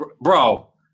Bro